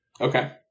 Okay